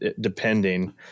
depending